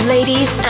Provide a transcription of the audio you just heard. Ladies